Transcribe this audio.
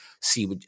see